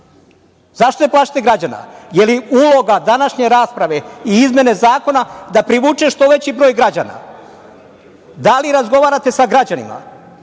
Zašto se plašite građana? Je li uloga današnje rasprave i izmene zakona da privuče što veći broj građana. Da li razgovarate sa građanima?